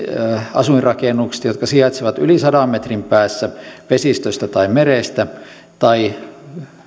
asuinrakennukset jotka sijaitsevat yli sadan metrin päässä vesistöstä tai merestä tai